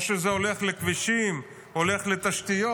או שזה הולך לכבישים, הולך לתשתיות?